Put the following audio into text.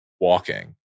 walking